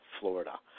Florida